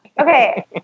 Okay